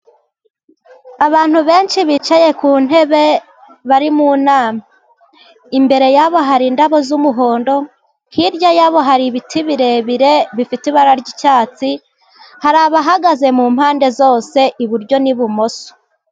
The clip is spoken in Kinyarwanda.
Abantu benshi bicaye ku ntebe bari mu nama, imbere yabo hari indabo z'umuhondo, hirya yabo hari ibiti birebire bifite ibara ry'icyatsi, hari abahagaze mu mpande zose iburyo n'ibumoso.